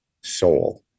soul